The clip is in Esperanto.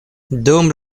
dum